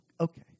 Okay